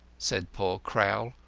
said poor crowl,